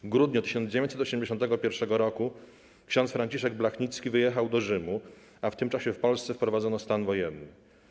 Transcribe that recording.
W grudniu 1981 roku ks. Franciszek Blachnicki wyjechał do Rzymu, a w tym czasie w Polsce wprowadzono stan wojenny.